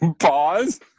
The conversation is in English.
Pause